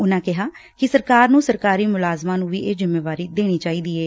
ਉਨ੍ਹਾ ਕਿਹਾ ਕਿ ਸਰਕਾਰ ਨੂੰ ਸਰਕਾਰੀ ਮੁਲਾਜ਼ਮਾਂ ਨੂੰ ਹੀ ਇਹ ਜਿੰਮੇਵਾਰੀ ਦੇਣੀ ਚਾਹੀਦੀ ਏ